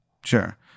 Sure